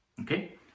okay